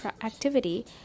activity